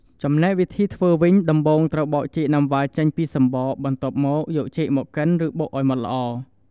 ចំណែកវិធីធ្វើវិញ ដំបូងត្រូវបកចេកណាំវ៉ាចេញពីសំបក បន្ទាប់មកយកចេកមកកិន ឬបុកឱ្យម៉ដ្ឋល្អ។